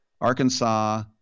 Arkansas